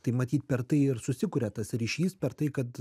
tai matyt per tai ir susikuria tas ryšys per tai kad